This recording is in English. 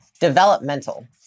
developmental